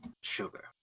sugar